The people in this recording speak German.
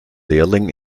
lehrling